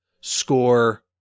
score